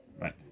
Right